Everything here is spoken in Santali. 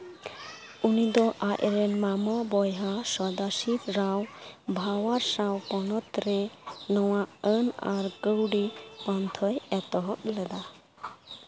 ᱩᱱᱤ ᱫᱚ ᱟᱡᱨᱮᱱ ᱢᱟᱢᱚ ᱵᱚᱭᱦᱟ ᱥᱚᱫᱟᱥᱤᱵᱽ ᱨᱟᱣ ᱵᱷᱟᱶᱟᱨ ᱥᱟᱶ ᱯᱚᱱᱚᱛ ᱨᱮ ᱱᱟᱣᱟ ᱟᱹᱱ ᱟᱨ ᱠᱟᱹᱣᱰᱤ ᱯᱚᱱᱛᱷᱟᱭ ᱮᱛᱚᱦᱚᱵ ᱞᱮᱫᱟ